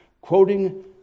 quoting